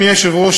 אדוני היושב-ראש,